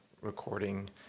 recording